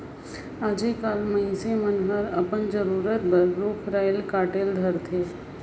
आयज कायल मइनसे मन हर अपन जरूरत बर रुख राल कायट धारथे